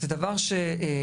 זה דבר שגדל.